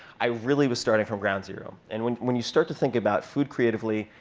i really was starting from ground zero. and when when you start to think about food creatively,